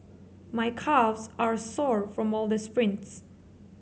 my calves are sore from all the sprints